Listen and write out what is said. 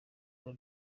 rwa